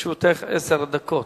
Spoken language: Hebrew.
לרשותך עשר דקות.